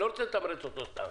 אני לא רוצה לתמרץ אותו סתם.